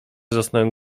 zasnąłem